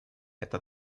это